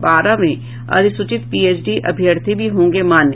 बारह में अधिसूचित पीएचडी अभ्यर्थी भी होंगे मान्य